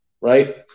right